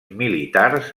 militars